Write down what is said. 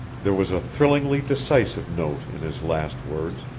there was a thrillingly decisive note in his last words,